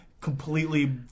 completely